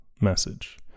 message